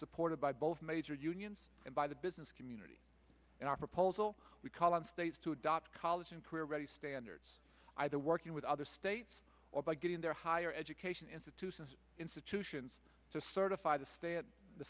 supported by both major unions and by the business community and our proposal we call on states to adopt college and career ready standards either working with other states or by getting their higher education institutions institutions to certify the stay at the